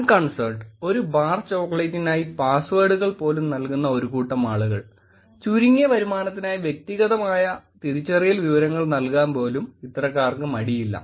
unconcerned ഒരു bar ചോക്ലേറ്റിനായി പാസ്വേഡുകൾ പോലും നൽകുന്ന ഒരു കൂട്ടം ആളുകൾ ചുരുങ്ങിയ വരുമാനത്തിനായി വ്യക്തിഗതമായ തിരിച്ചറിയൽ വിവരങ്ങൾ നല്കാൻ പോലും ഇത്തരക്കാർക്ക് മടിയില്ല